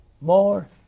more